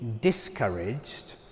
discouraged